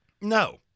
No